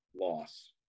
loss